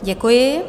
Děkuji.